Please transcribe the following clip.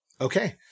Okay